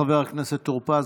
חבר הכנסת טור פז,